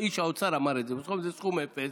איש האוצר אמר את זה: בסוף זה סכום אפס.